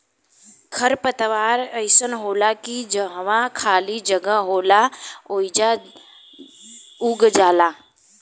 खर पतवार अइसन होला की जहवा खाली जगह होला ओइजा उग जाला